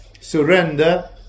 surrender